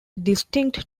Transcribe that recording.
distinct